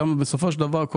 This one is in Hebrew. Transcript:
גם בסופו של דבר,